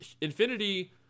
Infinity